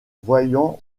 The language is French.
voyant